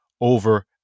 over